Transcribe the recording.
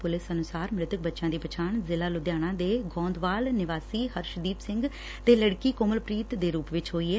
police ਅਨੁਸਾਰ ਮ੍ਤਿਤਕ ਬੱਚਿਆਂ ਦੀ ਪਛਾਣ ਜ਼ਿਲ੍ਹਾ ਲੁਧਿਆਣਾ ਦੇ ਗੌਂਦਵਾਲ ਨਿਵਾਸੀ ਹਰਸ਼ਦੀਪ ਸਿੰਘ ਤੇ ਲਤਕੀ ਕੋਮਲਪ੍ੀਤ ਦੇ ਰੁਪ ਚ ਹੋਈ ਐ